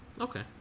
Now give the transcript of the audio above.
Okay